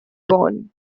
born